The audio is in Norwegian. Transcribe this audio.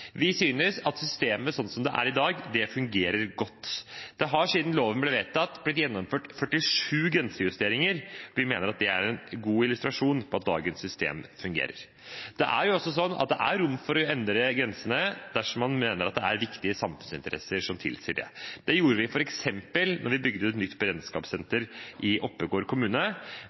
Vi synes at systemet sånn som det er i dag, fungerer godt. Det har siden loven ble vedtatt, blitt gjennomført 47 grensejusteringer. Vi mener at det er en god illustrasjon på at dagens system fungerer. Det er også rom for å endre grensene dersom man mener at det er viktige samfunnsinteresser som tilsier det. Det gjorde vi f.eks. da vi bygde nytt beredskapssenter i Oppegård kommune.